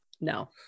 no